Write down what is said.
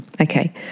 okay